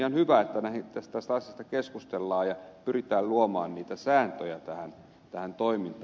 on ihan hyvä että tästä asiasta keskustellaan ja pyritään luomaan sääntöjä tähän toimintaan